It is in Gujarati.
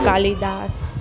કાલીદાસ